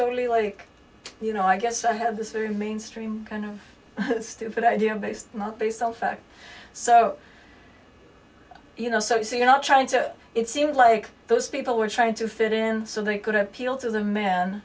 totally like you know i guess i have this very mainstream kind of stupid idea based not based on fact so you know so you're not trying so it seems like those people were trying to fit in so they could appeal to the m